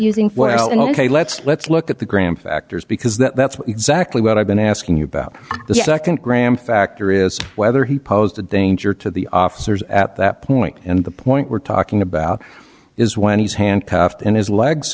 and ok let's let's look at the graham factors because that's what exactly what i've been asking you about the second graham factor is whether he posed a danger to the officers at that point and the point we're talking about is when he's handcuffed and his legs